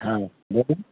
हाँ जतन